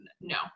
no